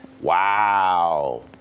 Wow